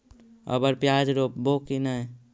अबर प्याज रोप्बो की नय?